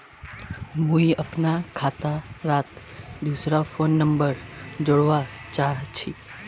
मुई अपना खाता डात दूसरा फोन नंबर जोड़वा चाहची?